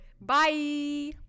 bye